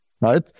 right